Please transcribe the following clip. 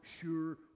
sure